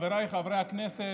חבריי חברי הכנסת,